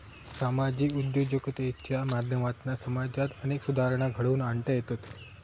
सामाजिक उद्योजकतेच्या माध्यमातना समाजात अनेक सुधारणा घडवुन आणता येतत